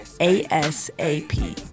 A-S-A-P